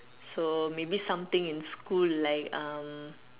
so maybe something in school like um